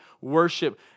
worship